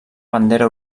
bandera